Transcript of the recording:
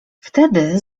wtedy